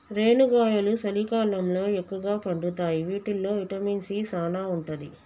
రేనుగాయలు సలికాలంలో ఎక్కుగా పండుతాయి వీటిల్లో విటమిన్ సీ సానా ఉంటది